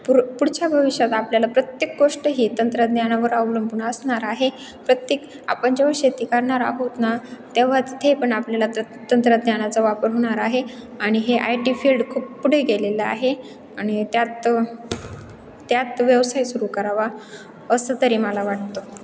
पुर पुढच्या भविष्यात आपल्याला प्रत्येक गोष्ट ही तंत्रज्ञानावर अवलंबून असणार आहे प्रत्येक आपण जेव्हा शेती करणार आहोत ना तेव्हा तिथे पण आपल्याला त तंत्रज्ञानाचा वापर होणार आहे आणि हे आय टी फील्ड खूप पुढे गेलेलं आहे आणि त्यात त्यात व्यवसाय सुरू करावा असं तरी मला वाटतं